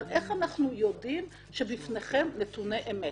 איך אנחנו יודעים שבפניכם נתוני אמת?